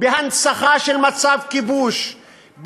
בהנצחה של מצב כיבוש,